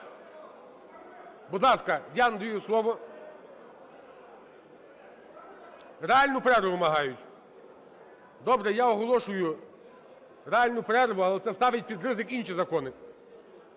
Будь ласка, я надаю слово… Реальну перерву вимагають. Добре, я оголошую реальну перерву, але це ставить під ризик інші закони.